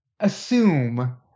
Assume